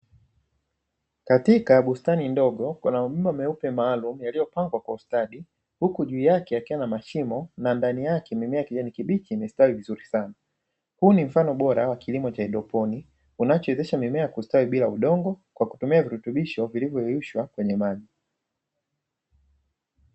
Katika bustani ndogo kuna mabomba meupe maalumu yaliyopangwa kwa ustadi, huku juu yake yakiwa na mashimo na ndani yake mimea ya kijani kibichi imestawi vizuri sana. Huu ni mfano bora wa kilimo cha haidroponi unachowezesha mimea kustawi bila udongo kwa kutumia virutubisho vilivyoyeyushwa kwenye maji.